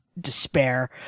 despair